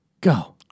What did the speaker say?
Go